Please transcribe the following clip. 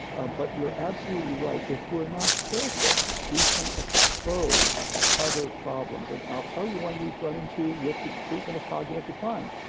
ah but you're absolutely right. if we're not careful, we can expose other problems. and i'll tell you one we've run into with the treatment of cognitive decline.